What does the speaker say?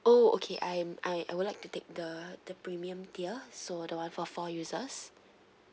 oh okay I'm I I'd like to take the the premium tier so I don't want for four users